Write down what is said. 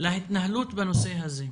להתנהלות בנושא הזה.